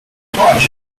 jennifer